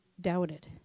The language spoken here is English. doubted